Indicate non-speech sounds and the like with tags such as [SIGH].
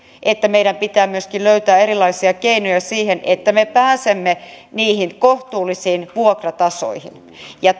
että meidän pitää myöskin löytää erilaisia keinoja siihen että me pääsemme niihin kohtuullisiin vuokratasoihin ja [UNINTELLIGIBLE]